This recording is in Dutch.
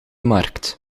markt